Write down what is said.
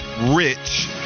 rich